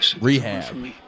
rehab